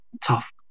tough